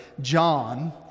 John